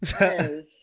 Yes